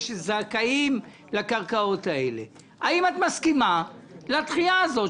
שזכאים לקרקעות האלה האם את מסכימה לדחייה הזאת,